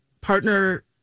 partner